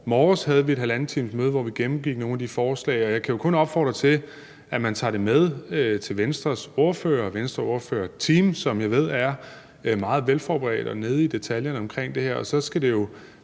morges havde vi et møde på halvanden time, hvor vi gennemgik nogle af de forslag. Og jeg kan jo kun opfordre til, at man tager det med til Venstres ordfører og Venstres ordførerteam, som jeg ved er meget velforberedt og nede i detaljerne omkring det her. Og så skal det jo